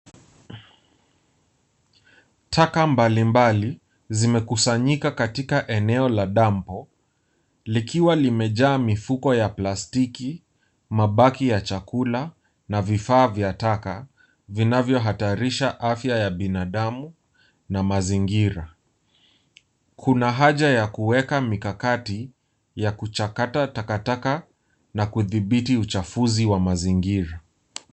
Taka mbalimbali zimekusanyika katika eneo la dampo likiwa limejaa mifuko ya plastiki, mabaki ya chakula na vifaa vya taka vinavyohatarisha afya ya binadamu na mazingira. Kuna haja ya kuweka mikakati ya kuchakata takataka na kudhibiti uchafuzi wa mazingira.